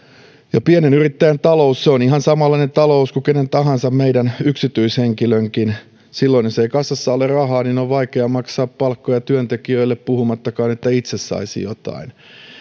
pienen yrittäjän talous on ihan samanlainen talous kuin kenen tahansa meidän yksityishenkilöidenkin silloin jos ei kassassa ole rahaa niin on vaikea maksaa palkkoja työntekijöille puhumattakaan että itse saisi jotain